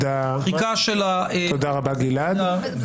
דחיקה של האופוזיציה.